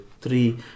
three